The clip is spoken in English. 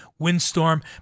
Windstorm